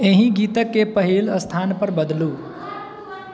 एहि गीतके पहिल स्थान पर बदलू